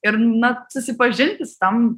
ir na susipažinti su tom